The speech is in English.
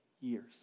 years